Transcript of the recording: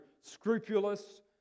scrupulous